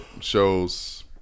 Shows